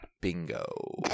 Bingo